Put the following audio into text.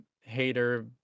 hater